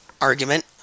argument